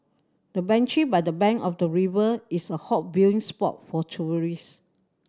the bench by the bank of the river is a hot viewing spot for tourists